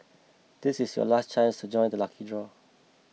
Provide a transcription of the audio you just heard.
this is your last chance to join the lucky draw